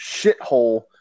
shithole